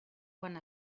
quan